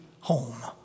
home